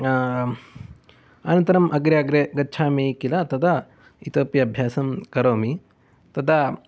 अनन्तरम् अग्रे अग्रे गच्छामि किल तदा इतोऽपि अभ्यासं करोमि तदा